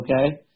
Okay